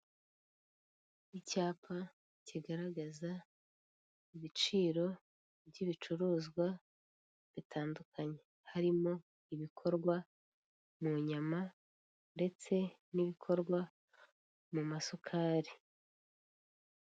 Icyapa kigaragaza ibiciro by'ibicuruzwa bitandukanye. Harimo ibikorwa mu nyama ndetse n'ibikorwa mu masukari.